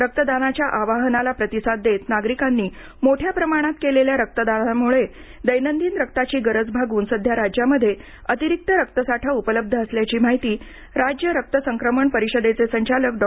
रक्तदानाच्या आवाहनाला प्रतिसाद देत नागरिकांनी मोठ्या प्रमाणात केलेल्या रक्तदानामुळे दैनंदिन रक्ताची गरज भागून सध्या राज्यामध्ये अतिरिक्त रक्त साठा उपलब्ध असल्याची माहिती राज्य रक्त संक्रमण परिषदेचे संचालक डॉ